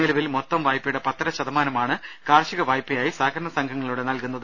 നിലവിൽ മൊത്തം വായ്പയുടെ പത്തര ശത മാനമാണ് കാർഷിക വായ്പയായി സഹകരണ സംഘങ്ങളിലൂടെ നൽകുന്നത്